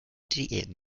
diäten